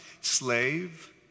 Slave